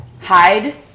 hide